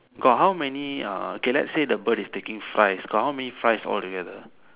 got how many ah okay let's say the bird is taking fries got how many fries all together